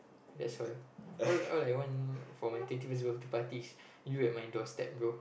that's all all all I want for my twenty first party is you at my doorstep bro